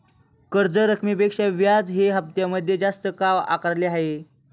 कर्ज रकमेपेक्षा व्याज हे हप्त्यामध्ये जास्त का आकारले आहे?